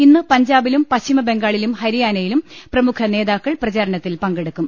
ഇന്ന് പഞ്ചാബിലും പശ്ചിമ ബംഗാളിലും ഹരിയാനയിലും പ്രമുഖ നേതാക്കൾ പ്രചാരണത്തിൽ പങ്കെടുക്കും